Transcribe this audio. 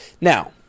Now